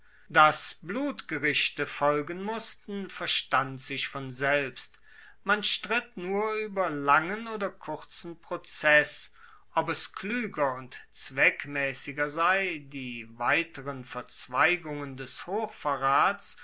dass blutgerichte folgen mussten verstand sich von selbst man stritt nur ueber langen oder kurzen prozess ob es klueger und zweckmaessiger sei die weiteren verzweigungen des hochverrats